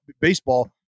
baseball